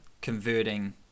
converting